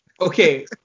Okay